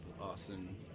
awesome